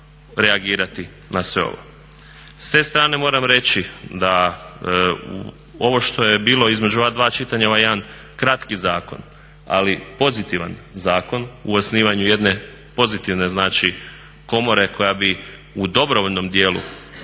S te strane moram reći da ovo što je bilo između ova dva čitanja ovaj jedan kratki zakon, ali pozitivan zakon u osnivanju jedne pozitivne znači komore koja bi u dobrovoljnom dijelu,